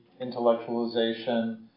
intellectualization